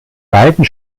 beiden